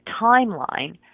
timeline